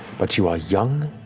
but you are young,